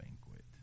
banquet